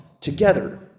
Together